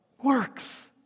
Works